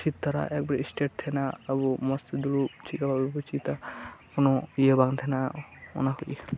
ᱥᱤᱨᱫᱟᱬᱟ ᱮᱠᱵᱟᱨᱮ ᱥᱴᱮᱴ ᱛᱟᱦᱮᱸᱱᱟ ᱟᱵᱚ ᱢᱚᱸᱡ ᱛᱮ ᱫᱩᱲᱩᱵ ᱪᱮᱫ ᱦᱚᱸ ᱵᱟᱵᱚᱱ ᱪᱮᱫᱟ ᱠᱳᱱᱳ ᱤᱭᱟᱹ ᱵᱟᱝ ᱛᱟᱦᱮᱸᱱᱟ ᱚᱱᱟᱠᱚᱜᱮ